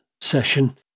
session